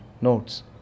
notes